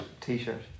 T-shirt